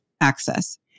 access